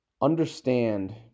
understand